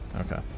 Okay